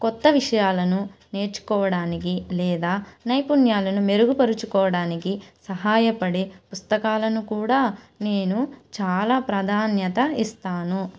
కొత్త విషయాలను నేర్చుకోవడానికి లేదా నైపుణ్యాలను మెరుగుపరుచుకోవడానికి సహాయపడే పుస్తకాలను కూడా నేను చాలా ప్రాధాన్యత ఇస్తాను